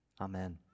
amen